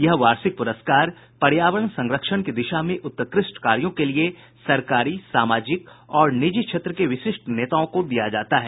यह वार्षिक पुरस्कार पर्यावरण संरक्षण की दिशा में उत्कृष्ट कार्यों के लिए सरकारी सामाजिक और निजी क्षेत्र के विशिष्ट नेताओं को दिया जाता है